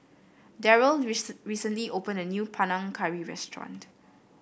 Daryl recently opened a new Panang Curry restaurant